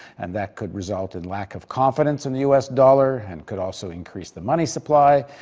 and that could result in lack of confidence in the u s. dollar and could also increase the money supply,